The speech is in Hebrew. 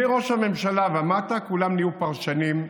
מראש הממשלה ומטה כולם נהיו פרשנים.